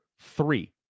three